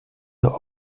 der